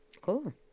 Cool